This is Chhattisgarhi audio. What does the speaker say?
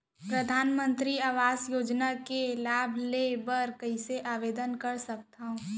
परधानमंतरी आवास योजना के लाभ ले बर कइसे आवेदन कर सकथव?